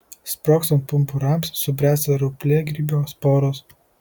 sprogstant pumpurams subręsta rauplėgrybio sporos